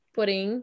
Porém